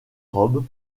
robes